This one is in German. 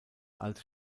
alte